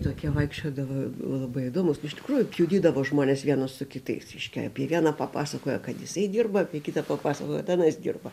tokie vaikščiodavo labai įdomūs nu iš tikrųjų pjudydavo žmones vienus su kitais reiškia apie vieną papasakoja kad jisai dirba apie kitą papasakoja kad anas dirba